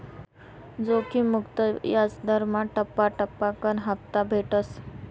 जोखिम मुक्त याजदरमा टप्पा टप्पाकन हापता भेटस